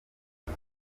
ati